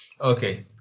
okay